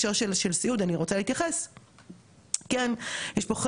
יש פה עניין שבניגוד לבניין,